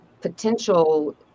potential